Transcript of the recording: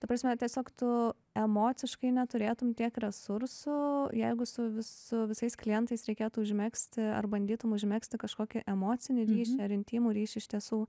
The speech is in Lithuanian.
ta prasme tiesiog tu emociškai neturėtum tiek resursų jeigu su vis visais klientais reikėtų užmegzti ar bandytum užmegzti kažkokį emocinį ryšį ar intymų ryšį iš tiesų